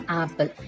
apple